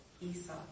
Esau